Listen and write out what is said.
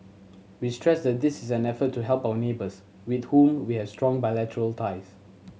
we stress that this is an effort to help our neighbours with whom we have strong bilateral ties